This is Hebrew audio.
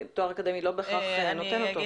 תואר אקדמי לא בהכרח נותן אותו.